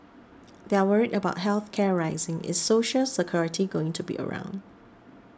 they're worried about health care rising is Social Security going to be around